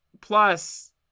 plus